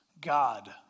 God